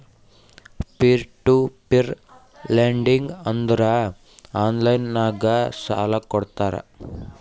peer to peer lending ಅಂದುರ್ online ನಾಗ್ ಸಾಲಾ ಕೊಡ್ತಾರ